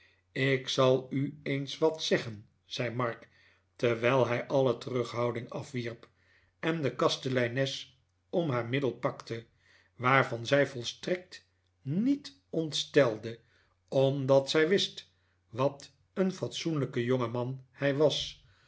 ik zal u eens wat zeggen zei mark terwijl hij alle terughouding afwierp en de kasteleines om haar middel pakte waarvan zij volstrekt niet ontstelde omdat zij wist wat een fatsoenlijke jongeman hij was